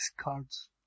cards